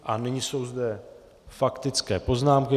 A nyní jsou zde faktické poznámky.